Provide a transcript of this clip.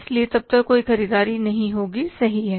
इसलिए तब तक कोई ख़रीददारी नहीं होगीसही है